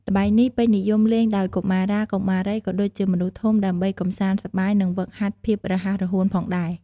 ល្បែងនេះពេញនិយមលេងដោយកុមារា កុមារី ក៏ដូចជាមនុស្សធំ ដើម្បីកម្សាន្តសប្បាយ និងហ្វឹកហាត់ភាពរហ័សរហួនផងដែរ។